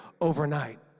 overnight